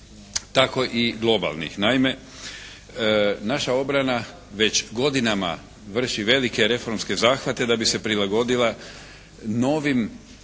tako i globalnih. Naime, naša obrana već godinama vrši velike reformske zahvate da bi se prilagodila novim